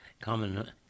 common